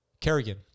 Kerrigan